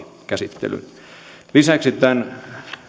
käsittelyyn lisäksi tämän